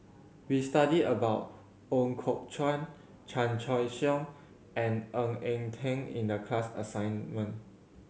we study about Ooi Kok Chuen Chan Choy Siong and Ng Eng Teng in the class assignment